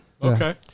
Okay